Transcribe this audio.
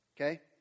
Okay